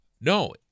No